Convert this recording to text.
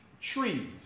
trees